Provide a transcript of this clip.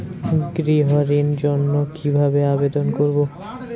গৃহ ঋণ জন্য কি ভাবে আবেদন করব?